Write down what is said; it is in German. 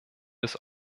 des